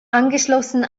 angeschlossen